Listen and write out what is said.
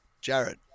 Jared